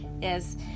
Yes